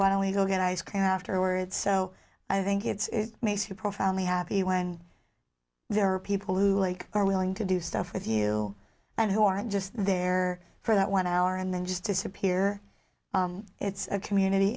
why don't we go get ice came afterwards so i think it's makes you profoundly happy when there are people who are willing to do stuff with you and who aren't just there for that one hour and then just disappear it's a community